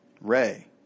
Ray